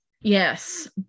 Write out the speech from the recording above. yes